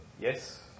Yes